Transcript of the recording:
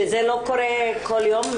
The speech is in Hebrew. שזה לא קורה כל יום.